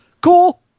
Cool